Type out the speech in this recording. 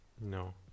No